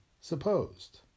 supposed